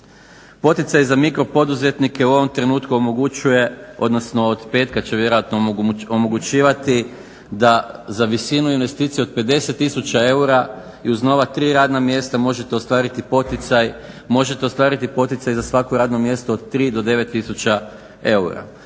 Poticaj za mikro poduzetnike u ovom trenutku omogućuje, odnosno od petka će vjerojatno omogućivati da za visinu investicije od 50000 eura i uz nova tri radna mjesta možete ostvariti poticaj za svako radno mjesto od 3 do 9000 eura.